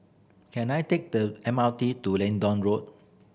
can I take the M R T to Leedon Road